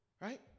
Right